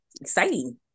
exciting